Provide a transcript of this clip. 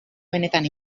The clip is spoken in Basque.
benetan